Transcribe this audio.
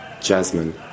Jasmine